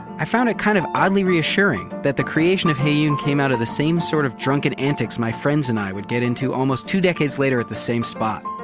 i found it kind of oddly reassuring that the creation of heyoon came out of the same sort of drunken antics my friends and i would get into almost two decades later at the same spot.